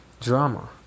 drama